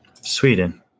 Sweden